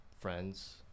friends